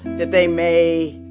that they may